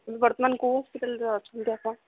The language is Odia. ବର୍ତ୍ତମାନ କୋଉ ହସ୍ପିଟାଲରେ ଅଛନ୍ତି ଆପଣ